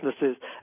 businesses